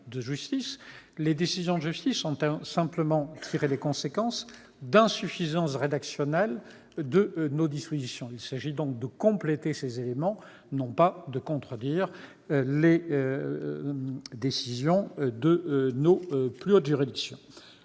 de décisions de justice, lesquelles ont simplement tiré les conséquences d'insuffisances rédactionnelles de nos dispositions. Il s'agit de compléter ces dernières et non de contredire les décisions de nos plus hautes juridictions.